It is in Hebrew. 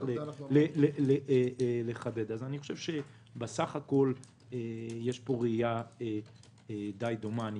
אז בסך הכול יש פה ראייה די דומה.